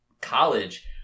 College